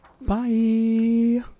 Bye